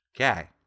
Okay